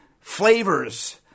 flavors